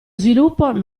sviluppo